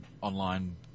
online